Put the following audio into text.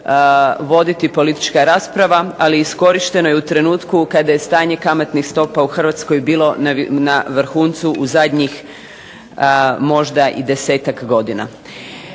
voditi politička rasprava, ali iskorišteno je u trenutku kada je stanje kamatnih stopa u Hrvatskoj bilo na vrhuncu u zadnjih možda i 10-ak godina.